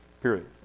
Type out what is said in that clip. Period